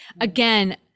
again